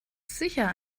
sicher